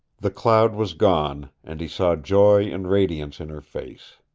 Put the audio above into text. the cloud was gone, and he saw joy and radiance in her face.